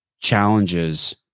challenges